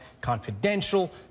confidential